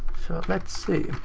let's see.